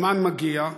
הזמן מגיע,